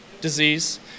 disease